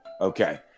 Okay